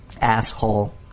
Asshole